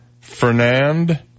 Fernand